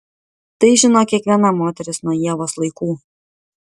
tai žino kiekviena moteris nuo ievos laikų